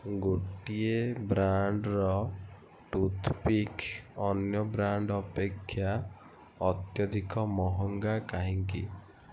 ଗୋଟିଏ ବ୍ରାଣ୍ଡ୍ର ଟୁଥ୍ପିକ୍ ଅନ୍ୟ ବ୍ରାଣ୍ଡ୍ ଅପେକ୍ଷା ଅତ୍ୟଧିକ ମହଙ୍ଗା କାହିଁକି